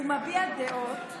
הוא מביע דעות,